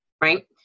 right